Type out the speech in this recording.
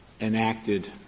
enacted —